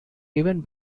even